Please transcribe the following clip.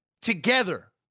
together